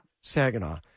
Saginaw